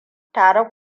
tare